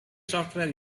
software